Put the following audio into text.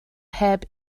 heb